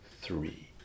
Three